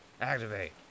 Activate